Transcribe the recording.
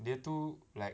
dia tu like